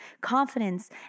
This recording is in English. confidence